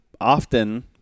often